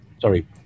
Sorry